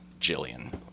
Jillian